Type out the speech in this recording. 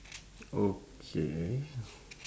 okay